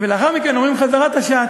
ולאחר מכן אומרים חזרת הש"ץ.